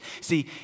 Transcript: See